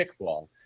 kickball